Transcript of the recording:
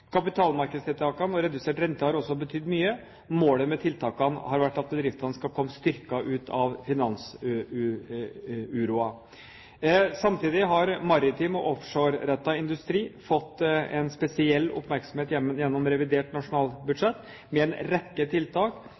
Kapitalmarkedstiltakene og redusert rente har også betydd mye. Målet med tiltakene har vært at bedriftene skal komme styrket ut av finansuroen. Samtidig har maritim og offshorerettet industri fått en spesiell oppmerksomhet gjennom revidert nasjonalbudsjett, med en rekke tiltak